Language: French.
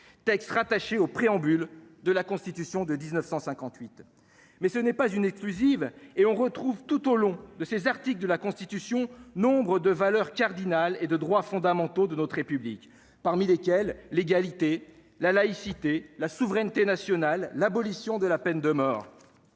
textes rattaché au préambule de la Constitution de 1958 mais ce n'est pas une exclusive et on retrouve tout au long de ces articles de la Constitution, nombre de valeurs cardinales et de droits fondamentaux de notre République, parmi lesquels l'égalité, la laïcité, la souveraineté nationale, l'abolition de la peine de mort.